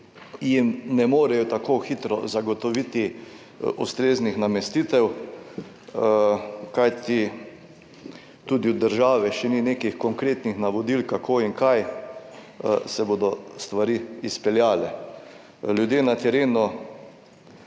jim ne morejo tako hitro zagotoviti ustreznih namestitev. Kajti tudi od države še ni nekih konkretnih navodil, kako in kaj se bodo stvari izpeljale. Ljudje na terenu